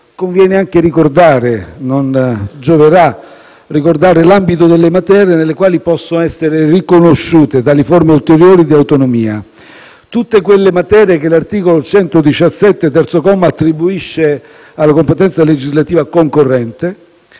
Gioverà ricordare anche l'ambito delle materie nelle quali possono essere riconosciute tali forme ulteriori di autonomia, ovvero tutte quelle materie che l'articolo 117, terzo comma, attribuisce alla competenza legislativa concorrente